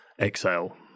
Exhale